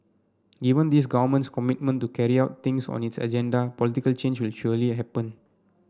given this Government's commitment to carry out things on its agenda political change will surely happen